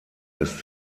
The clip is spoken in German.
ist